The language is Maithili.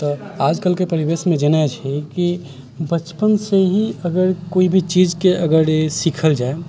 तऽ आजकलके परिवेशमे जेना छै कि बचपनसँ ही अगर कोइ भी चीजके अगर सीखल जाइ